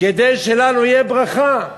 כדי שלנו תהיה ברכה.